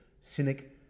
cynic